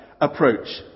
approach